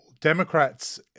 Democrats